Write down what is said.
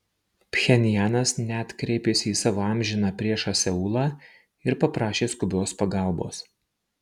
pchenjanas net kreipėsi į savo amžiną priešą seulą ir paprašė skubios pagalbos